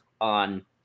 on